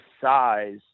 size